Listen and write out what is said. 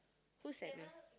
who's Samuel